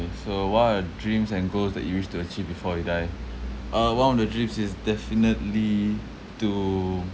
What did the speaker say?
okay so what are your dreams and goals that you wish to achieve before you die uh one of the dreams is definitely to